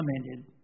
commented